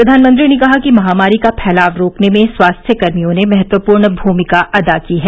प्रधानमंत्री ने कहा कि महामारी का फैलाव रोकने में स्वास्थ्यकर्मियों ने महत्वपूर्ण भूमिका अदा की है